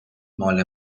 مال